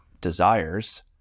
desires